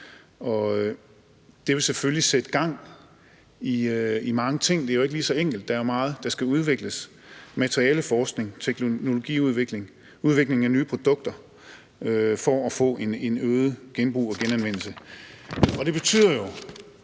det vil selvfølgelig sætte gang i mange ting. Det er jo ikke så enkelt. Der er meget, der skal udvikles: materialeforskning og teknologiudvikling, udviklingen af nye produkter, for at få et øget genbrug og øget genanvendelse. Og det betyder jo,